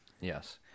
Yes